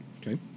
Okay